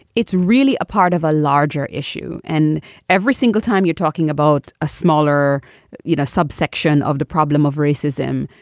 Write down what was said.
it's really a part of a larger issue. and every single time you're talking about a smaller you know subsection of the problem of racism,